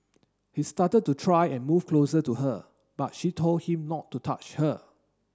he started to try and move closer to her but she told him not to touch her